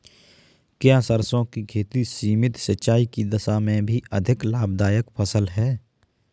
क्या सरसों की खेती सीमित सिंचाई की दशा में भी अधिक लाभदायक फसल है?